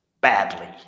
badly